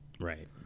Right